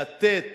לתת